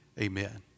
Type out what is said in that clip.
Amen